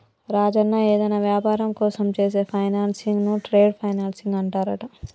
రాజన్న ఏదైనా వ్యాపారం కోసం చేసే ఫైనాన్సింగ్ ను ట్రేడ్ ఫైనాన్సింగ్ అంటారంట